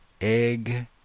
Egg